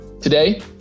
Today